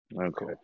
Okay